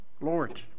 Lord